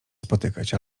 spotykać